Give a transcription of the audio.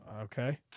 Okay